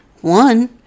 One